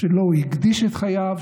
שהוא הקדיש לו את חייו,